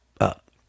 up